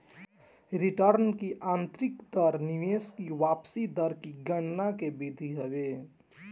return की आतंरिक दर निवेश की वापसी दर की गणना के एगो विधि हवे